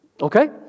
Okay